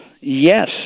Yes